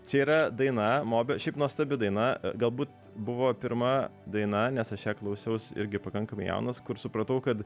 čia yra daina mobio šiaip nuostabi daina galbūt buvo pirma daina nes aš ją klausiaus irgi pakankamai jaunas kur supratau kad